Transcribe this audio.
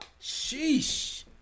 Sheesh